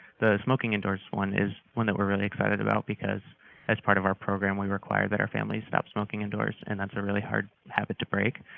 the smoking indoors one is one that we're really excited about, because that's part of our program we require that our family stop smoking indoors, and that's a really hard habit to break.